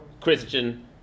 Christian